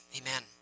amen